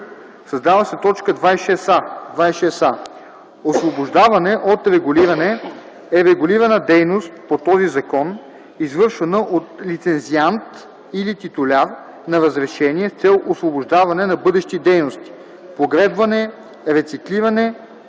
създава се т. 26а: „26а. „Освобождаване от регулиране” е регулирана дейност по този закон, извършвана от лицензиант или титуляр на разрешение с цел освобождаване на бъдещи дейности (погребване, рециклиране,